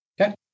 Okay